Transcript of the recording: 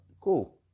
cool